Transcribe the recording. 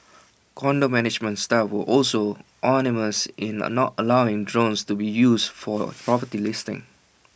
condo management staff were also unanimous in A not allowing drones to be used for property listings